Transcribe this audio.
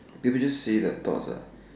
they would just say their thoughts lah